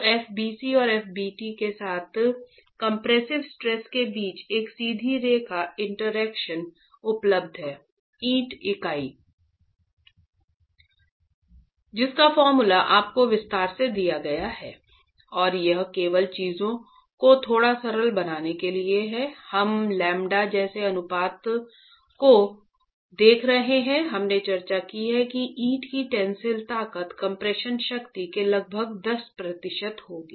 तो f bc और f bt के साथ कंप्रेसिव स्ट्रेस के बीच एक सीधी रेखा इंटरेक्शन उपलब्ध है ईंट इकाई और यह केवल चीजों को थोड़ा सरल बनाने के लिए है कि हम लैम्ब्डा जैसे अनुपात को देख रहे हैं हमने चर्चा की है कि ईंट की टेंसिल ताकत कम्प्रेशन शक्ति के लगभग दस प्रतिशत होगी